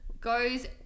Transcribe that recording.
goes